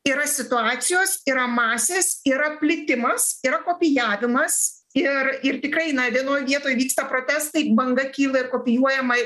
yra situacijos yra masės yra plitimas yra kopijavimas ir ir tikrai na vienoj vietoj vyksta protestai banga kyla ir kopijuojama